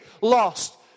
lost